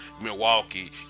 Milwaukee